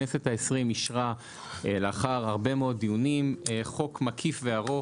הכנסת ה-20 אישרה לאחר הרבה מאוד דיונים חוק מקיף וארוך,